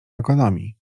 ekonomii